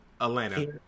Atlanta